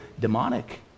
demonic